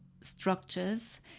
structures